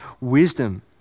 wisdom